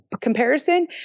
comparison